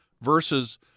versus